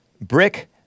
Brick